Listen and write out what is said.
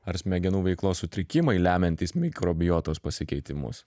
ar smegenų veiklos sutrikimai lemiantys mikrobiotos pasikeitimus